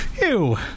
Ew